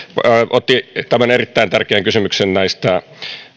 otti erittäin tärkeän kysymyksen näistä